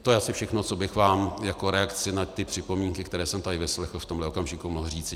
To je asi všechno, co bych vám jako reakci na připomínky, které jsem tady vyslechl, v tomhle okamžiku mohl říci.